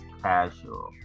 Casual